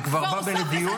זה כבר בא לדיון,